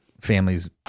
Families